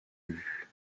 vue